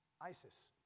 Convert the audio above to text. Isis